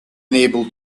unable